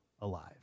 alive